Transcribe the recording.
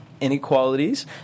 inequalities